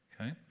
Okay